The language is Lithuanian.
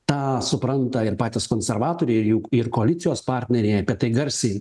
tą supranta ir patys konservatoriai ir juk ir koalicijos partneriai apie tai garsiai